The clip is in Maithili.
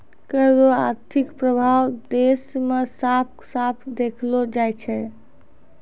कर रो आर्थिक प्रभाब देस मे साफ साफ देखलो जाय छै